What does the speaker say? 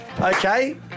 Okay